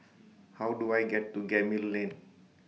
How Do I get to Gemmill Lane